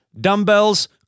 dumbbells